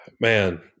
man